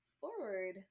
forward